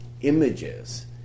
images